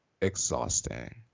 exhausting